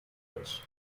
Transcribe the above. jahres